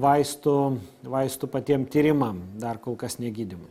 vaistų vaistų patiem tyrimam dar kol kas negydymui